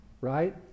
right